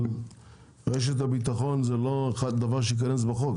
אבל רשת הביטחון זה לא דבר שייכנס בחוק,